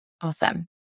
Awesome